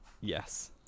Yes